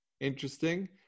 Interesting